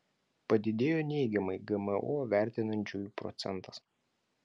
padidėjo neigiamai gmo vertinančiųjų procentas